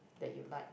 that you like